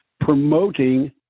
promoting